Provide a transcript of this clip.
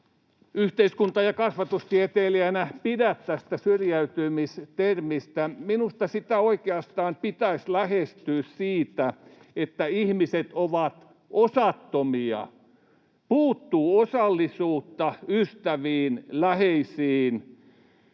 yhteiskunta- ja kasvatustieteilijänä pidä tästä syrjäytyminen-termistä. Minusta sitä oikeastaan pitäisi lähestyä siitä näkökulmasta, että ihmiset ovat osattomia: puuttuu osallisuutta liittyen ystäviin, läheisiin,